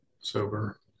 sober